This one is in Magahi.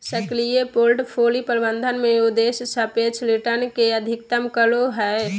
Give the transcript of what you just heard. सक्रिय पोर्टफोलि प्रबंधन में उद्देश्य सापेक्ष रिटर्न के अधिकतम करो हइ